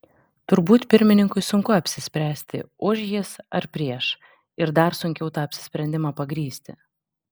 turbūt pirmininkui sunku apsispręsti už jis ar prieš ir dar sunkiau tą apsisprendimą pagrįsti